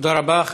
תודה רבה.